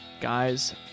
Guys